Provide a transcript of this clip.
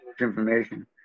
information